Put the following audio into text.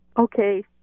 Okay